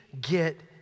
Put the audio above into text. get